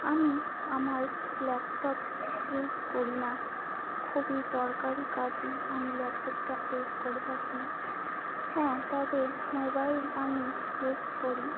আমি আমার laptop use করি না খুবই দরকারি কাজে আমি ল্যাপটপটা ইউজ করে থাকি হ্যাঁ তবে মোবাইল আমি ইউজ করি